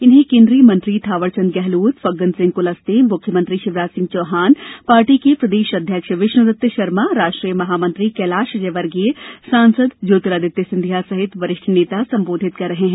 इन्हें केन्द्रीय मंत्री थावर चंद गेहलोत फग्गन सिंह कुलस्ते मुख्यमंत्री शिवराज सिंह चौहान पार्टी के प्रदेश अध्यक्ष विष्णु दत्त शर्मा राष्ट्रीय महामंत्री कैलाश विजयवर्गीय सांसद ज्योतिरादित्य सिंधिया सहित वरिष्ठ नेता संबोधित कर रहे हैं